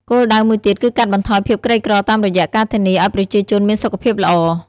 គោលដៅមួយទៀតគឺកាត់បន្ថយភាពក្រីក្រតាមរយៈការធានាឱ្យប្រជាជនមានសុខភាពល្អ។